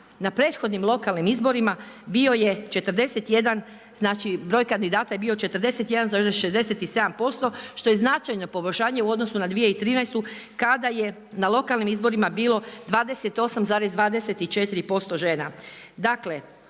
na prethodnim lokalnim izborima bio je 41, znači broj kandidata je bio 41,67% što je značajno poboljšanje u odnosu na 2013. kada je na lokalnim izborima bilo 28,24% žena.